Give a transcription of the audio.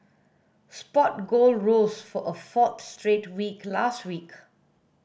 spot gold rose for a fourth straight week last week